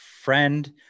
friend